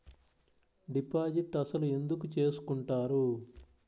Deposit అసలు ఎందుకు చేసుకుంటారు?